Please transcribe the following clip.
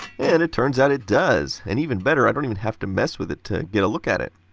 and, it turns out it does. and even better, i don't even have to mess with it to get a look at it.